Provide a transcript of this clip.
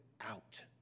out